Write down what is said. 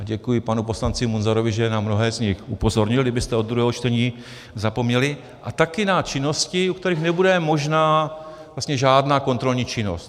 A děkuji panu poslanci Munzarovi, že na mnohé z nich upozornil, kdybyste od druhého čtení zapomněli, a také na činnosti, u kterých nebude možná vlastně žádná kontrolní činnost.